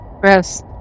Gross